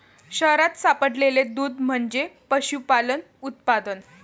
शहरात सापडलेले दूध म्हणजे पशुपालन उत्पादन